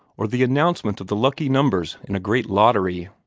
or the announcement of the lucky numbers in a great lottery.